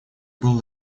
был